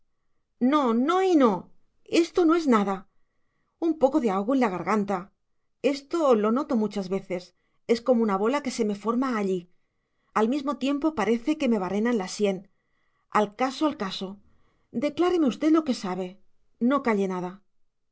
no no y no esto no es nada un poco de ahogo en la garganta esto lo noto muchas veces es como una bola que se me forma allí al mismo tiempo parece que me barrenan la sien al caso al caso decláreme usted lo que sabe no calle nada